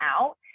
out